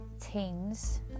Teens